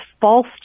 false